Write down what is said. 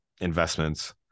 investments